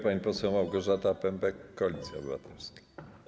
Pani poseł Małgorzata Pępek, Koalicja Obywatelska.